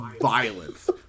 violence